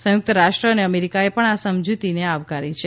સંયુક્ત રાષ્ટ્ર અને અમેરિકાએ પણ આ સમજૂતીને આવકારી છે